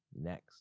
next